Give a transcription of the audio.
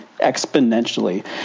exponentially